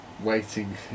waiting